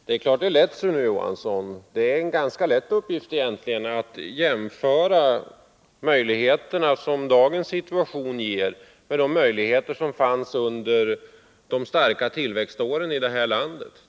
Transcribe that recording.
Herr talman! Det är, Sune Johansson, egentligen en lätt uppgift att försöka komma till rätta med svårigheterna i dagens situation, om man får utgå från de möjligheter som fanns under åren av stark tillväxt i vårt land.